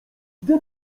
gdy